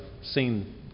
seen